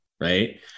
right